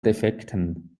defekten